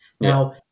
Now